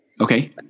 Okay